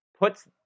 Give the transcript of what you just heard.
puts